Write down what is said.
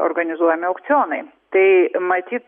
organizuojami aukcionai tai matyt